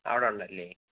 അവിടെ ഉണ്ടല്ലേ